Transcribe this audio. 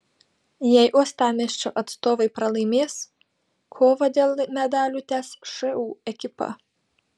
jei uostamiesčio atstovai pralaimės kovą dėl medalių tęs šu ekipa